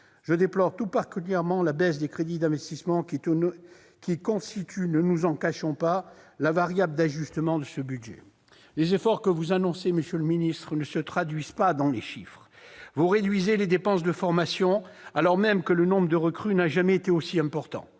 Je déplore tout particulièrement la baisse des crédits d'investissement, qui constituent, ne nous en cachons pas, la variable d'ajustement de ce budget. Les efforts que vous annoncez, monsieur le secrétaire d'État, ne se traduisent pas dans les chiffres. Vous réduisez les dépenses de formation, alors même que le nombre de recrues n'a jamais été aussi important.